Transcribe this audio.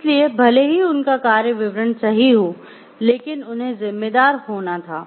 इसलिए भले ही उनका कार्य विवरण सही हो लेकिन उन्हें जिम्मेदार होना था